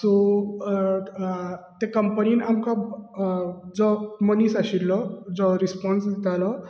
so कंपनीन आमकां जो मनीस आशिल्लो जो रिस्पोन्स दितालो